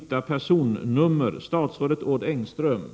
Jag avser att besvara interpellationen den 8 december.